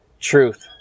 truth